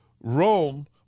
Rome